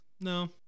No